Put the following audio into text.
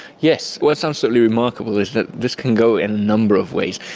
yes. what is absolutely remarkable is that this can go in a number of ways.